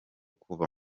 kuva